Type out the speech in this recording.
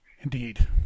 Indeed